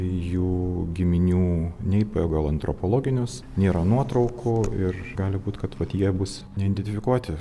jų giminių nei pagal antropologinius nėra nuotraukų ir gali būt kad vat jie bus neidentifikuoti